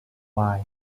why